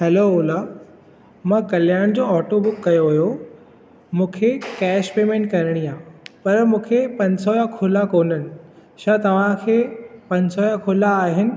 hello Ola मां कल्यान जो auto book कयो हुओ मूंखे कैश पेमेंट करिणी आहे पर मूंखे पंज सौ जा खुला कोन आहिनि छा तव्हांखे पंज सौ जा खुला आहिनि